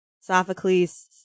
Sophocles